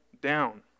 down